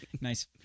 nice